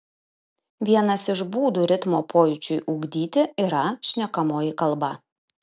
vienas iš būdų ritmo pojūčiui ugdyti yra šnekamoji kalba